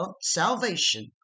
salvation